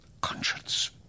conscience